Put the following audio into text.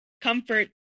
comfort